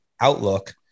outlook